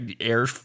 air